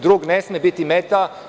Drug ne sme biti meta.